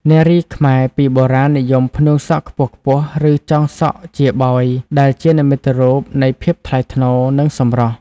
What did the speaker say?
នារីខ្មែរពីបុរាណនិយមផ្នួងសក់ខ្ពស់ៗ ឬចងសក់ជាបោយ ដែលជានិមិត្តរូបនៃភាពថ្លៃថ្នូរ និងសម្រស់។